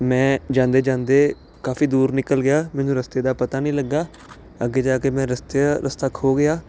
ਮੈਂ ਜਾਂਦੇ ਜਾਂਦੇ ਕਾਫੀ ਦੂਰ ਨਿਕਲ ਗਿਆ ਮੈਨੂੰ ਰਸਤੇ ਦਾ ਪਤਾ ਨਹੀਂ ਲੱਗਾ ਅੱਗੇ ਜਾ ਕੇ ਮੈਂ ਰਸਤੇ ਆ ਰਸਤਾ ਖੋ ਗਿਆ